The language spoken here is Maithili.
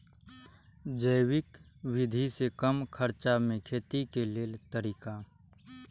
जैविक विधि से कम खर्चा में खेती के लेल तरीका?